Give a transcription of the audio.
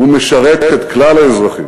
הוא משרת את כלל האזרחים.